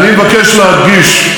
אני מבקש להדגיש: